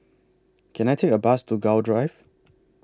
Can I Take A Bus to Gul Drive